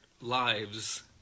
lives